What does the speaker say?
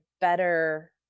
better